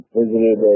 visited